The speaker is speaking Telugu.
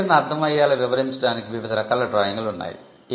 పేటెంట్ ను అర్ధం అయ్యేలా వివరించడానికి వివిధ రకాల డ్రాయింగ్లు ఉన్నాయి